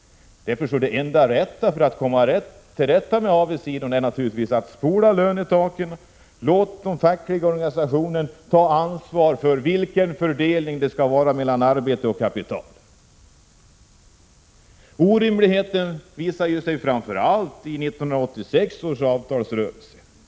Det enda man kan göra för att komma till rätta med avigsidorna är att spola lönetaken och låta den fackliga organisationen ta ansvar för fördelningen mellan arbete och kapital. Det orimliga med systemet visade sig framför allt i 1986 års avtalsrörelse.